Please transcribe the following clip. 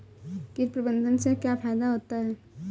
कीट प्रबंधन से क्या फायदा होता है?